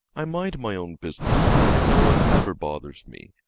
i mind my own business, and no one ever bothers me.